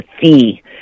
fee